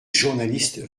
journalistes